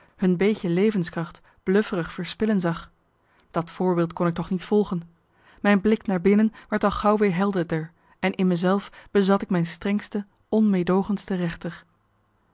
hun beetje levenskracht bluffering verspillen zag dat voorbeeld kon ik toch niet volgen mijn blik naar binnen werd al gauw weer helderder en in me zelf bezat ik mijn strengste onmeedoogendste rechter